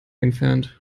entfernt